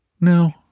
No